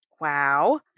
Wow